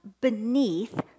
beneath